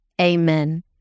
amen